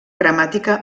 gramàtica